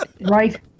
Right